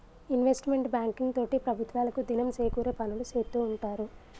investment banking తోటి ప్రభుత్వాలకు దినం సేకూరే పనులు సేత్తూ ఉంటారు